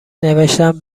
نوشتم